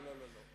לא, לא.